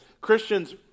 Christians